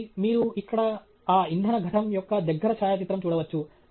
కాబట్టి మీరు ఇక్కడ ఆ ఇంధన ఘటం యొక్క దగ్గర ఛాయాచిత్రం చూడవచ్చు